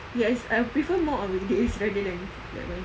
yes I prefer more on weekdays rather than that [one]